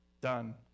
done